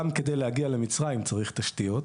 גם כדי להגיע למצרים צריך תשתיות.